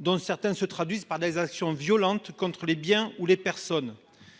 dont certains se traduisent par des actions violentes contre les biens, ou les personnes.